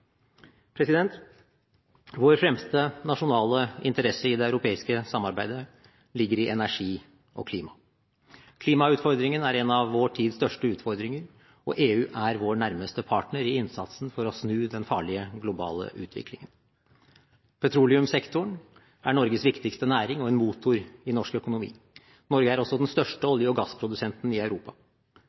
Vår fremste nasjonale interesse i det europeiske samarbeidet ligger i energi og klima. Klimautfordringen er en av vår tids største utfordringer, og EU er vår nærmeste partner i innsatsen for å snu den farlige globale utviklingen. Petroleumssektoren er Norges viktigste næring og en motor i norsk økonomi. Norge er også den største olje- og gassprodusenten i Europa.